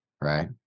Right